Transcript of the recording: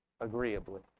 agreeably